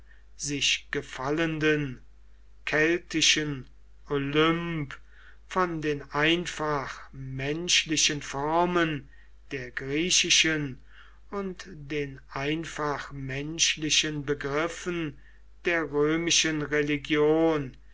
sich gefallenden keltischen olymp von den einfach menschlichen formen der griechischen und den einfach menschlichen begriffen der römischen religion